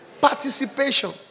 Participation